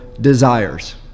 desires